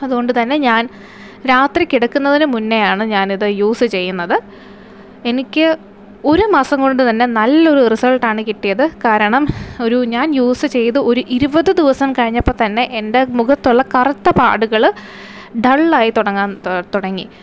അതുകൊണ്ടു തന്നെ ഞാൻ രാത്രി കിടക്കുന്നതിന് മുന്നെയാണ് ഞാൻ ഇത് യൂസ് ചെയ്യുന്നത് എനിക്ക് ഒരു മാസം കൊണ്ടു തന്നെ നല്ല ഒരു റിസൾറ്റ് ആണ് കിട്ടിയത് കാരണം ഒരു ഞാൻ യൂസ് ചെയ്ത് ഒരു ഇരുപത് ദിവസം കഴിഞ്ഞപ്പം തന്നെ എൻ്റെ മുഖത്തുള്ള കറുത്ത പാടുകള് ഡൾ ആയി തുടങ്ങാൻ തുടങ്ങി